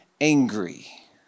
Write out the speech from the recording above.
angry